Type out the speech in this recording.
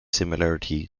similarity